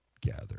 gather